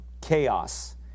chaos